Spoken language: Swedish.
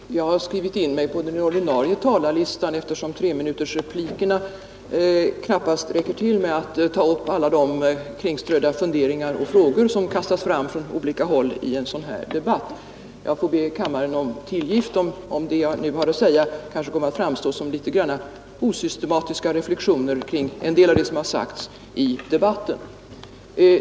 Herr talman! Jag har skrivit in mig på den ordinarie talarlistan, eftersom en treminutersreplik knappast räcker till för att ta upp alla de strödda funderingar och frågor som kastas fram från olika håll i denna debatt. Jag får be kammaren om tillgift, om det jag nu har att säga kan komma att framstå såsom något osystematiska reflexioner kring en del av det som har sagts i debatten.